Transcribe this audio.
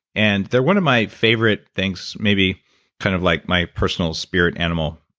and they're one of my favorite things, maybe kind of like my personal spirit animal